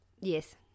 yes